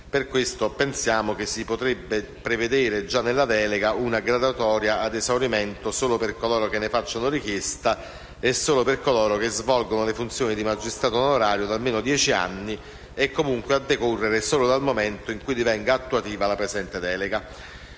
Per questo pensiamo che si potrebbe prevedere, già nella delega, una graduatoria ad esaurimento solo per coloro che ne facciano richiesta e che svolgano le funzioni di magistrato onorario da almeno dieci anni, e comunque a decorrere solo dal momento in cui divenga attuativo la presente delega.